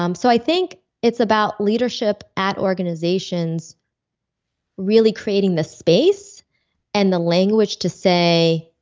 um so i think it's about leadership at organizations really creating the space and the language to say,